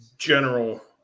general